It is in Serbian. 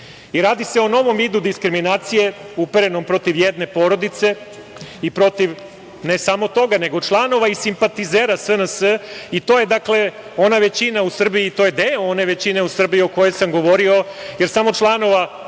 Radi se o novom vidu diskriminacije uperenom protiv jedne porodice i protiv ne samo toga nego i članove i simpatizera SNS i to je ona većina u Srbiji, to je deo one većine u Srbiji o kojoj sam govorio jer samo članova